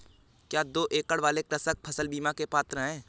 क्या दो एकड़ वाले कृषक फसल बीमा के पात्र हैं?